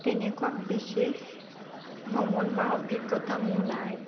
তেনেকুৱা বিশেষ ভ্ৰমণ বা অভিজ্ঞতা মোৰ নাই